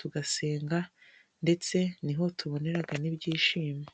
tugasenga, ndetse niho tubonera n'ibyishimo.